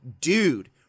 dude